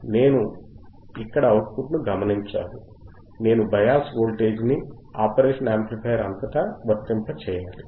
నేను ఇక్కడ output ను గమనించాలి నేను బయాస్ వోల్టేజ్ ని ఆపరేషనల్ యాంప్లిఫైయర్ అంతటా వర్తింపజేయాలి